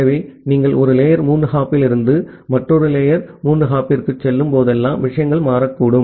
எனவே நீங்கள் ஒரு லேயர் மூன்று ஹாப்பிலிருந்து மற்றொரு லேயர் மூன்று ஹாப்பிற்குச் செல்லும் போதெல்லாம் விஷயங்கள் மாறக்கூடும்